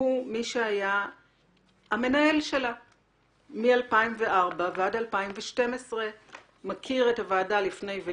הוא מי שהיה המנהל שלה מ-2004 ועד 2012. מכיר את הוועדה לפניי ולפנים,